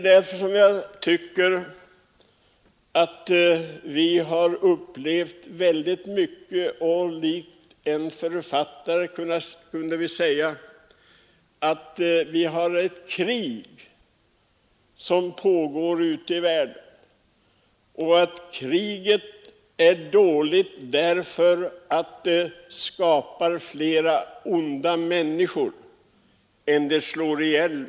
Därför tycker jag att vi har upplevt väldigt mycket, och likt en författare kunde vi säga att det pågår ett krig ute i världen och att kriget är dåligt därför att det skapar fler onda människor än det slår ihjäl.